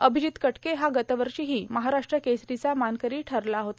अभिजित कटके हा गतवर्षीही महाराष्ट्र केसरीचा मानकरी ठरला होता